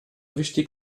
wichtig